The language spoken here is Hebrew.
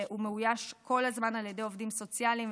והוא מאויש כל הזמן על ידי עובדים סוציאליים,